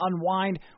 unwind